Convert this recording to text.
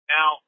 Now